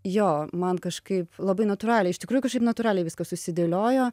jo man kažkaip labai natūraliai iš tikrųjų kažkaip natūraliai viskas susidėliojo